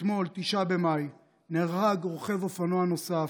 אתמול, 9 במאי, נהרג רוכב אופנוע נוסף,